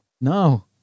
no